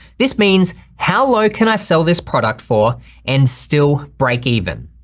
this means how low can i sell this product for and still break even?